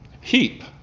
heap